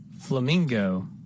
Flamingo